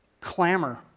Clamor